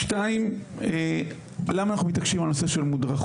דבר שני, למה אנחנו מתעקשים על הנושא של מודרכות?